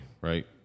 right